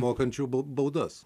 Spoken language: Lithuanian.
mokančių bau baudas